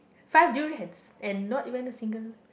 five durians and not even a single